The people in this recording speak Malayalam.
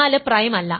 4 പ്രൈം അല്ല